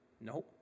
no